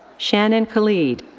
shannon khalid.